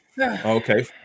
Okay